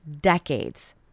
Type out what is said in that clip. decades